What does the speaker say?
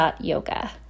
yoga